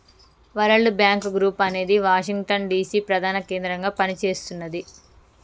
world bank group అనేది Washington DC ప్రధాన కేంద్రంగా పనిచేస్తున్నది